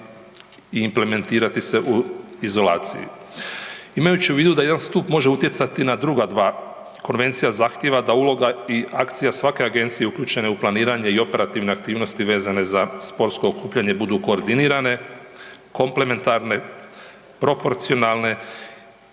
i implementirati se u izolaciji. Imajući u vidu da jedan stup može utjecati na druga dva, konvencija zahtijeva da uloga i akcija svake agencije uključene u planiranje i operativne aktivnosti vezane za sportsko okupljanje budu koordinirane, komplementarne, proporcionalne